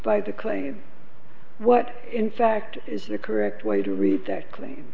by the claim what in fact is the correct way to read that cl